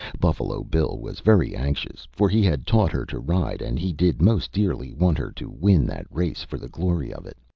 buffalo bill was very anxious for he had taught her to ride, and he did most dearly want her to win that race, for the glory of it.